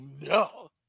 No